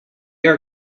are